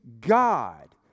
God